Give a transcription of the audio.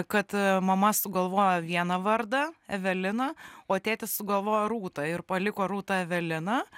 kad mama sugalvojo vieną vardą evelina o tėtis sugalvojo rūta ir paliko rūtą eveliną